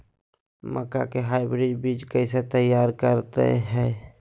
मक्का के हाइब्रिड बीज कैसे तैयार करय हैय?